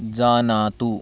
जानातु